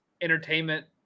entertainment